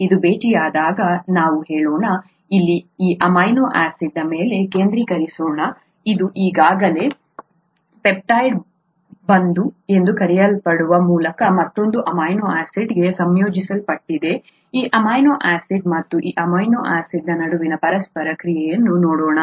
ಇದು ಭೇಟಿಯಾದಾಗ ನಾವು ಹೇಳೋಣ ಇಲ್ಲಿ ಈ ಅಮೈನೋ ಆಸಿಡ್ನ ಮೇಲೆ ಕೇಂದ್ರೀಕರಿಸೋಣ ಇದು ಈಗಾಗಲೇ ಪೆಪ್ಟೈಡ್ ಬಂಧ ಎಂದು ಕರೆಯಲ್ಪಡುವ ಮೂಲಕ ಮತ್ತೊಂದು ಅಮೈನೋ ಆಸಿಡ್ಗೆ ಸಂಯೋಜಿಸಲ್ಪಟ್ಟಿದೆ ಈ ಅಮೈನೋ ಆಸಿಡ್ ಮತ್ತು ಈ ಅಮೈನೋ ಆಸಿಡ್ನ ನಡುವಿನ ಪರಸ್ಪರ ಕ್ರಿಯೆಯನ್ನು ನೋಡೋಣ